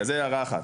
זה הערה אחת.